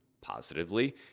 positively